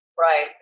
right